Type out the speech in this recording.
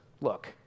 look